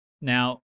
Now